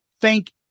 Thank